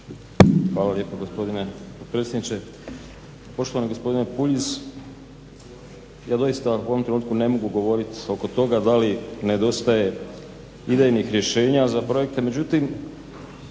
Hvala lijepo gospodine potpredsjedniče. Poštovani gospodine Puljiz, ja doista u ovom trenutku ne mogu govorit oko toga da li nedostaje idejnih rješenja za projekte